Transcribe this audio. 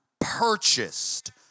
purchased